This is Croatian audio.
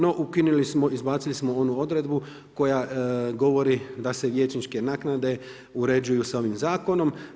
No, ukinuli smo, izbacili smo onu odredbu koja govori da se vijećničke naknade uređuju sa ovim zakonom.